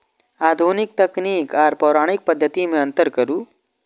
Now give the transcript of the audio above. आधुनिक तकनीक आर पौराणिक पद्धति में अंतर करू?